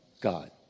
God